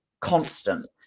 constant